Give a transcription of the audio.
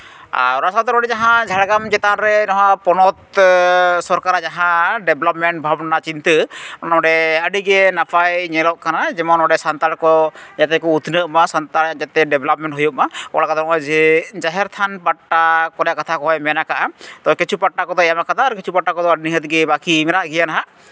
ᱟᱨ ᱚᱱᱟ ᱥᱟᱶᱛᱮ ᱱᱚᱸᱰᱮ ᱡᱟᱦᱟᱸ ᱡᱷᱟᱲᱜᱨᱟᱢ ᱪᱮᱛᱟᱱ ᱨᱮ ᱱᱚᱣᱟ ᱯᱚᱱᱚᱛ ᱥᱚᱨᱠᱟᱨᱟᱜ ᱡᱟᱦᱟᱸ ᱰᱮᱵᱷᱞᱚᱯᱢᱮᱱᱴ ᱵᱷᱟᱵᱽᱱᱟ ᱪᱤᱱᱛᱟᱹ ᱱᱚᱸᱰᱮ ᱟᱹᱰᱤᱜᱮ ᱱᱟᱯᱟᱭ ᱧᱮᱞᱚᱜ ᱠᱟᱱᱟ ᱡᱮᱱᱚᱱ ᱱᱚᱸᱰᱮ ᱥᱟᱱᱛᱟᱲ ᱠᱚ ᱡᱟᱛᱮ ᱠᱚ ᱩᱛᱱᱟᱹᱜ ᱢᱟ ᱥᱟᱱᱛᱟᱲᱟᱜ ᱡᱟᱛᱮ ᱰᱮᱵᱷᱞᱚᱯᱢᱮᱱᱴ ᱦᱩᱭᱩᱜ ᱢᱟ ᱚᱱᱟ ᱠᱟᱛᱷᱟ ᱠᱚᱡᱮ ᱡᱟᱦᱮᱸᱨ ᱛᱷᱟᱱ ᱯᱟᱴᱴᱟ ᱚᱱᱟ ᱠᱚᱨᱮᱱᱟᱜ ᱠᱟᱛᱷᱟ ᱠᱚᱦᱚᱸᱭ ᱢᱮᱱ ᱟᱠᱟᱫᱼᱟ ᱛᱳ ᱠᱤᱪᱷᱩ ᱯᱟᱴᱴᱟ ᱠᱚᱫᱚᱭ ᱮᱢ ᱠᱟᱫᱟ ᱠᱤᱪᱷᱩ ᱯᱟᱴᱴᱟ ᱠᱚᱫᱚ ᱱᱤᱦᱟᱹᱛ ᱜᱮ ᱵᱟᱹᱠᱤ ᱢᱮᱱᱟᱜ ᱜᱮᱭᱟ ᱱᱟᱦᱟᱜ